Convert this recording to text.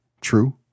True